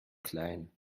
klein